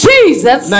Jesus